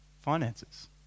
finances